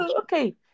Okay